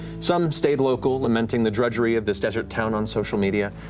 some stayed local, lamenting the drudgery of this desert town on social media,